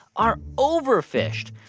are overfished.